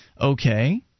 Okay